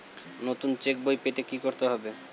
নতুন চেক বই পেতে কী করতে হবে?